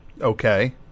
okay